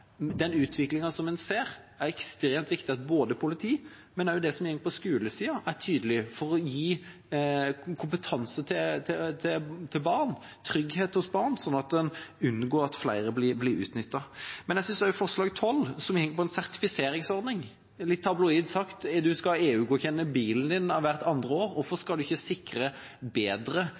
den utviklingen som en ser, er det ekstremt viktig at både politi og skole er tydelige for å gi kompetanse til barn, trygghet hos barn, sånn at man kan unngå at flere blir utnyttet. XII går på en sertifiseringsordning. Litt tabloid sagt: Man skal EU-godkjenne bilen sin hvert andre år, hvorfor skal man ikke sikre bedre